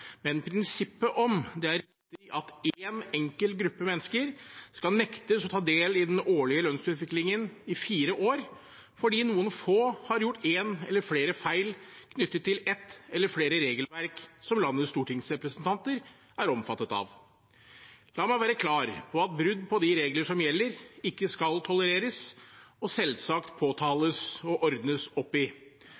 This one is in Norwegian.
men prinsippet om det er riktig at én enkelt gruppe mennesker skal nektes å ta del i den årlige lønnsutviklingen i fire år, fordi noen få har gjort én eller flere feil knyttet til ett eller flere regelverk som landets stortingsrepresentanter er omfattet av. La meg være klar på at brudd på de regler som gjelder, ikke skal tolereres og selvsagt